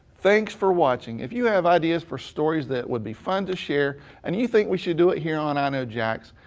thanks for watching. if you have ideas for stories that would be fun to share and you think we should do here on i know jax,